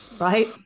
Right